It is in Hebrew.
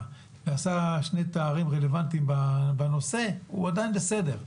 ועשה שני תארים רלוונטיים בנושא הוא עדיין בסדר,